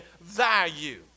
value